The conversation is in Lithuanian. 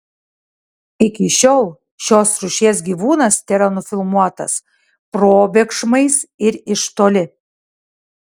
iki šiol šios rūšies gyvūnas tėra nufilmuotas probėgšmais ir iš toli